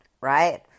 right